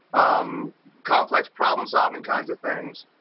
um complex problem solving kinds of things.